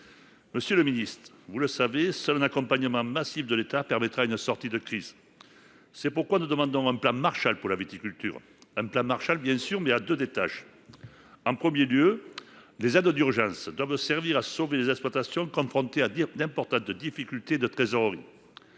Monsieur le ministre, seul un accompagnement massif de l’État permettra de sortir de la crise. C’est pourquoi nous demandons un plan Marshall pour la viticulture. Celui ci doit être à deux étages. En premier lieu, les aides d’urgence doivent servir à sauver les exploitations confrontées à d’importantes difficultés de trésorerie.